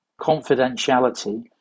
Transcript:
confidentiality